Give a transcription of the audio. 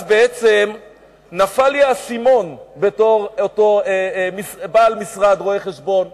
אז נפל לי האסימון בתור אותו בעל משרד רואי-חשבון,